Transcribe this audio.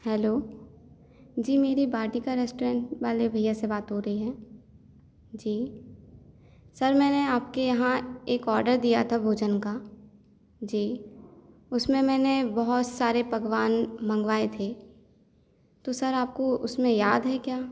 hello जी मेरी Vatika restaurant वाले भैया से बात हो रही है जी सर मैंने आपके यहाँ एक ऑर्डर दिया था भोजन का जी उसमें मैंने बहुत सारे पकवान मंगवाए थे तो सर आपको उसमें याद है क्या